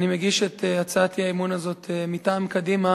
אני מגיש את הצעת האי-אמון הזאת מטעם קדימה